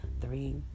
three